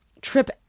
trip